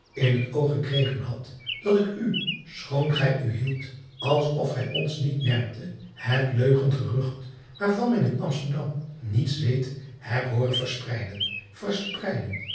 in het oog gekregen hadt dat ik u schoon gij u hieldt als of gij ons niet merkte het leugengerucht waarvan men in msterdam niets weet heb hooren verspreiden verspreiden